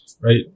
right